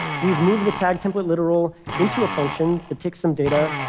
we've moved the tag template literal into a function that takes some data,